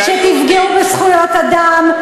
שתפגעו בזכויות אדם,